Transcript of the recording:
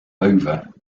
over